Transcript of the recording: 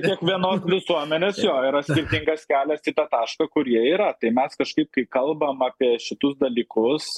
kiekvienos visuomenės jo yra skirtingas kelias į tą tašką kur jie yra tai mes kažkaip kai kalbam apie šitus dalykus